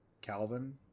Calvin